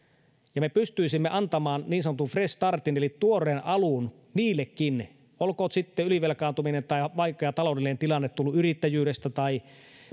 miten me pystyisimme antamaan niin sanotun fresh startin eli tuoreen alun niillekin ihmisille olkoon heillä ylivelkaantuminen tai vaikea taloudellinen tilanne tullut yrittäjyydestä tai